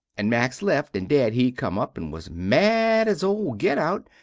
and max left and dad he come up and was mad as ole get out,